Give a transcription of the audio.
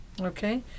Okay